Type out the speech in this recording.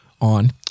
ON